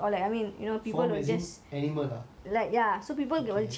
form is just animal ah okay